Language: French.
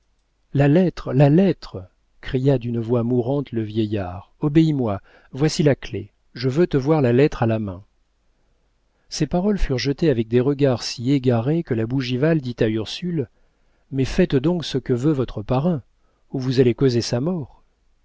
la lettre la lettre cria d'une voix mourante le vieillard obéis moi voici la clef je veux te voir la lettre à la main ces paroles furent jetées avec des regards si égarés que la bougival dit à ursule mais faites donc ce que veut votre parrain ou vous allez causer sa mort